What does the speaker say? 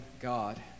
God